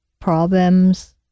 problems